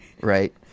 right